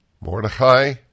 Mordecai